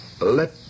Let